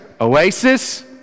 Oasis